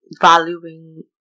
valuing